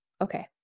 Okay